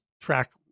track